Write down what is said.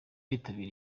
bitabiriye